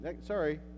sorry